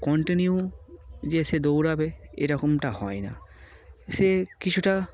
continue যে দৌড়াবে এরকমটা হয় না সে কিছুটা